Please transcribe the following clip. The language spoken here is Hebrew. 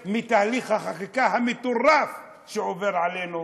ולהתעורר מתהליך החקיקה המטורף שעובר עלינו